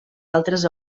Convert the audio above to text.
altres